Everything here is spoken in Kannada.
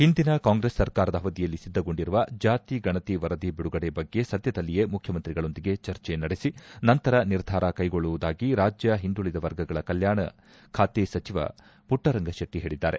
ಹಿಂದಿನ ಕಾಂಗ್ರೆಸ್ ಸರ್ಕಾರದ ಅವಧಿಯಲ್ಲಿ ಸಿದ್ದಗೊಂಡಿರುವ ಜಾತಿಗಣತಿ ವರದಿ ಬಿಡುಗಡೆ ಬಗ್ಗೆ ಸದದಲ್ಲಿಯೆ ಮುಖ್ಯಮಂತ್ರಿಗಳೊಂದಿಗೆ ಚರ್ಚೆ ನಡೆಸಿ ನಂತರ ನಿರ್ಧಾರ ಕೈಗೊಳ್ಳುವುದಾಗಿ ರಾಜ್ಯ ಹಿಂದುಳಿದ ವರ್ಗಗಳ ಕಲ್ಯಾಣ ಖಾತೆ ಸಚಿವ ಪುಟ್ಟರಂಗಶೆಟ್ಟ ಹೇಳಿದ್ದಾರೆ